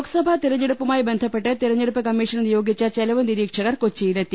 ലോക്സഭാതെരഞ്ഞെടുപ്പുമായി ബന്ധപ്പെട്ട് തെരഞ്ഞെടുപ്പ് കമ്മീഷൻ നിയോഗിച്ച ചെലവ്നിരീക്ഷകർ കൊച്ചിയിലെത്തി